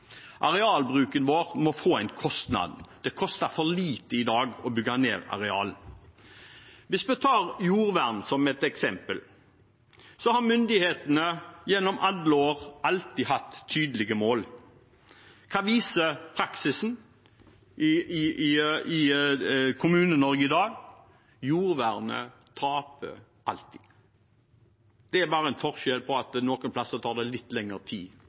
Arealbruken vår må få en kostnad. Det koster i dag for lite å bygge ned areal. Hvis vi tar jordvern som et eksempel, har myndighetene gjennom alle år alltid hatt tydelige mål. Hva viser praksisen i Kommune-Norge i dag? Jordvernet taper alltid. Det er bare en forskjell på at det noen plasser tar litt lengre tid